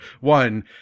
one-